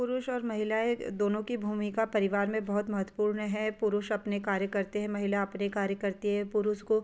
पुरुष और महिलाएं दोनों की भूमिका परिवार में बहुत महत्वपूर्ण है पुरुष अपने कार्य करते हैं महिला अपने कार्य करती हैं पुरुष को